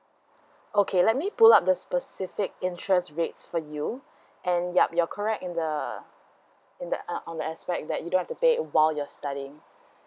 okay let me pull out the specific interest rates for you and yup you're correct in the in the uh on the aspect that you don't have to pay while you're studying